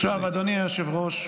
עכשיו, אדוני היושב-ראש,